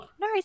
No